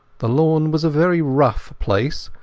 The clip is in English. the lawn was a very rough place,